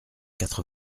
quatre